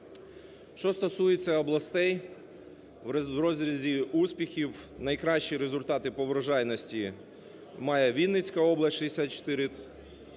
Що стосується областей в розрізі успіхів, найкращі результати по врожайності має Вінницька область –